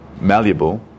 malleable